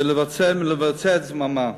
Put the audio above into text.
לבצע את זממם.